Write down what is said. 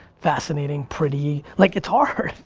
fascinating, pretty, like it's hard.